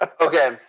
Okay